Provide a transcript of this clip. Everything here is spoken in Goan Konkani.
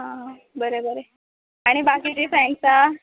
आं बरें बरें आनी बाकीची फॅन्सा